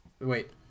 Wait